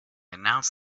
announced